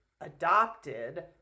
adopted